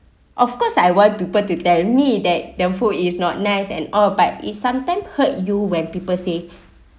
of course I want people to tell me that them food is not nice and all but is sometimes hurt you when people say